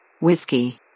Whiskey